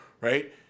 right